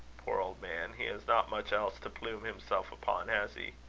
poor old man! he has not much else to plume himself upon has he?